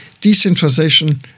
decentralization